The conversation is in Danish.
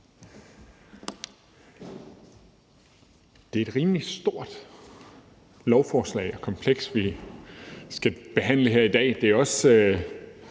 Det er et rimelig stort lovforslag og kompleks, vi skal behandle her i dag.